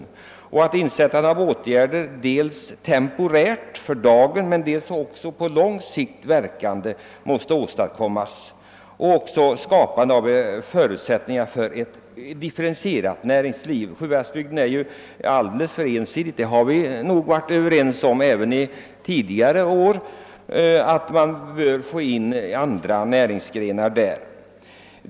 Åtgärder måste vidtas, dels sådana som verkar temporärt för dagen, dels sådana som verkar på lång sikt, så att möjlighet skapas för att få till stånd ett differentierat näringsliv. Näringslivet i Sjuhäradsbygden är alldeles för ensidigt — därom har vi nog varit överens även tidigare. Det är nödvändigt att få dit företag som representerar andra näringsgrenar än de som nu finns där.